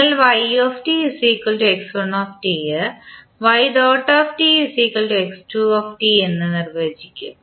നിങ്ങൾ എന്ന് നിർവചിക്കും